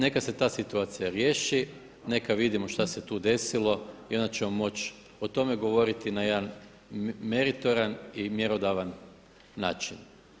Neka se ta situacija riješi neka vidimo šta se tu desilo i onda ćemo moći o tome govoriti na jedan meritoran i mjerodavan način.